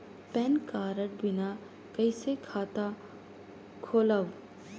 Pan card बिना कइसे खाता खोलव?